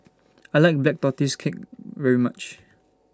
I like Black Tortoise Cake very much